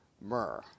myrrh